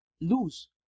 Lose